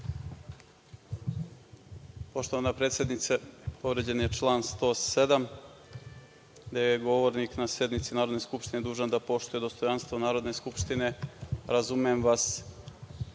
Poštovana predsednice, povređen je član 107, gde je govornik na sednice Narodne skupštine dužan da poštuje dostojanstvo Narodne skupštine. Razumem vas,